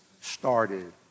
started